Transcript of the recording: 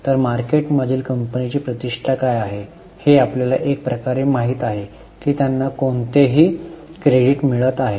तर मार्केट मधील कंपनीची प्रतिष्ठा काय आहे हे आपल्याला एक प्रकारे माहित आहे की त्यांना कोणतेही क्रेडिट मिळत आहे